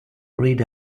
read